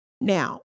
Now